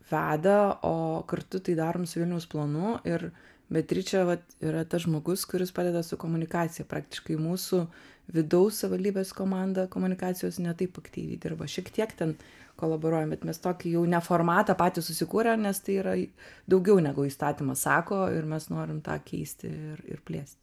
veda o kartu tai darom su vilniaus planu ir beatričė vat yra tas žmogus kuris padeda su komunikacija praktiškai mūsų vidaus savivaldybės komanda komunikacijos ne taip aktyviai dirba šiek tiek ten kolaboruoja bet mes tokį jau neformatą patys susikūrę nes tai yra daugiau negu įstatymas sako ir mes norim tą keisti ir ir plėsti